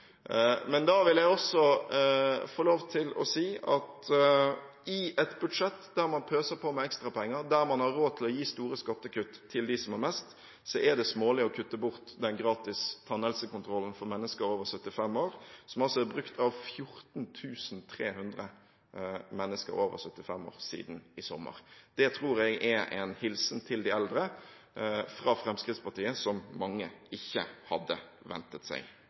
Men da vil jeg også få lov til å si at i et budsjett der man pøser på med ekstra penger, der man har råd til å gi store skattekutt til dem som har mest, er det smålig å kutte gratis tannhelsekontroll for mennesker over 75 år, som altså er brukt av 14 300 personer siden i sommer. Det tror jeg er en hilsen til de eldre fra Fremskrittspartiet som mange ikke hadde ventet seg.